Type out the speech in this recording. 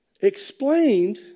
explained